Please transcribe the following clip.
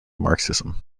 marxism